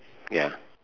ya